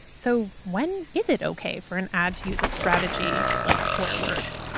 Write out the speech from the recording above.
so, when is it okay for an ad to use a strategy like swear words?